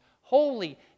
holy